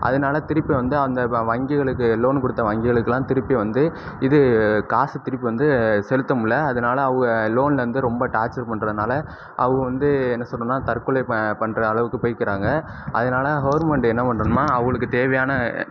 அதனால திருப்பி வந்து அந்த வ வங்கிகளுக்கு லோன் கொடுத்த வங்கிகளுக்குலான் திருப்பி வந்து இது காசு திருப்பி வந்து செலுத்தமுல்ல அதனால அவக லோன்லருந்து ரொம்ப டார்ச்சர் பண்ணுறதுனால அவக வந்து என்ன சொல்லுறதுனா தற்கொலை பண்ணுற அளவுக்கு போயிக்கிறாங்க அதனால கவர்மெண்ட் என்ன பண்ணுதுன்னா அவங்குளுக்கு தேவையான